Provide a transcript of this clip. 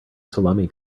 salami